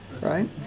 Right